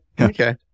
okay